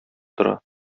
тора